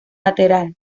lateral